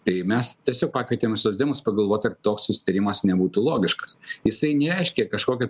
tai mes tiesiog pakvietėm socdemus pagalvoti ar toks susitarimas nebūtų logiškas jisai nereiškia kažkokio